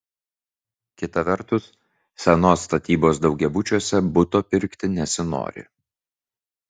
kita vertus senos statybos daugiabučiuose buto pirkti nesinori